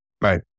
Right